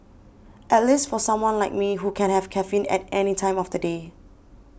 at least for someone like me who can have caffeine at any time of the day